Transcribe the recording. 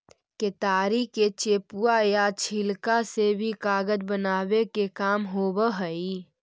केतारी के चेपुआ या छिलका से भी कागज बनावे के काम होवऽ हई